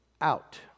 out